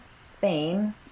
Spain